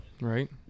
right